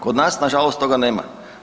Kod nas nažalost toga nema.